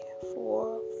four